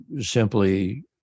simply